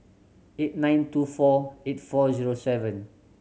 eight nine two four eight four zero seven